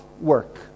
work